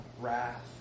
wrath